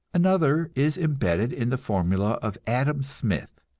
another is embodied in the formula of adam smith,